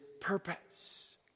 purpose